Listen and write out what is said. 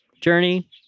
journey